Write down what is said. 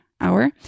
hour